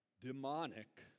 demonic